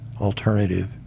alternative